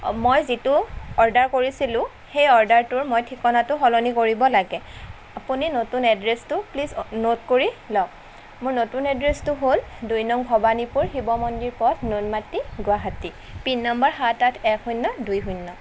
মই যিটো অৰ্ডাৰ কৰিছিলোঁ সেই অৰ্ডাৰটোৰ মই ঠিকনাটো সলনি কৰিব লাগে আপুনি নতুন এড্ৰেছটো প্লীজ নোট কৰি লওক মোৰ নতুন এড্ৰেছটো হ'ল দুই নং ভৱানীপুৰ শিৱ মন্দিৰ পথ নুনমাটি গুৱাহাটী পিন নম্বাৰ সাত আঠ এক শূন্য দুই শূন্য